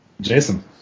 Jason